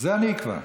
את זה אני אקבע.